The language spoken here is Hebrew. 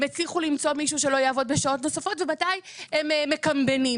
הצליחו למצוא מישהו שלא יעבוד בשעות נוספות ומתי הם מקמבנים.